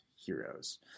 Heroes